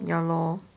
ya lor